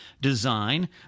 design